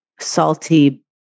salty